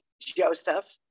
Joseph